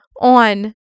on